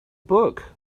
book